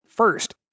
First